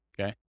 okay